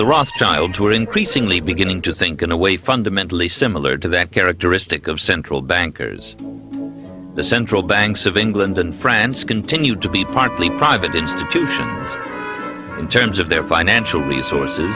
the rothschilds were increasingly beginning to think in a way fundamentally similar to that characteristic of central bankers were the central banks of england and france continued to be partly private institutions in terms of their financial resources